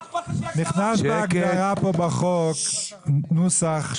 נכנס בהגדרה פה בחוק נוסח,